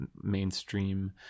mainstream